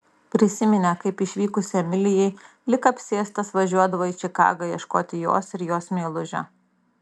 prisiminė kaip išvykus emilijai lyg apsėstas važiuodavo į čikagą ieškoti jos ir jos meilužio